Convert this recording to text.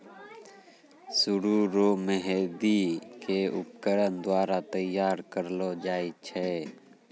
सरु रो मेंहदी के उपकरण द्वारा तैयार करलो जाय छै